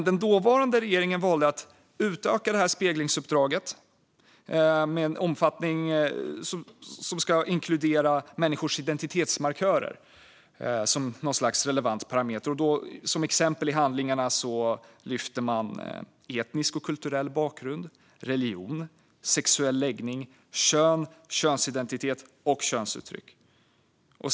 Den dåvarande regeringen valde dock att utöka speglingsuppdragets omfattning genom att inkludera människors identitetsmarkörer som något slags relevant parameter. Som exempel i handlingarna lyfter man etnisk och kulturell bakgrund, religion, sexuell läggning, kön, könsidentitet och könsuttryck.